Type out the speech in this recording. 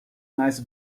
nice